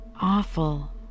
Awful